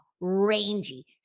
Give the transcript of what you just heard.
rangy